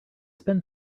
spend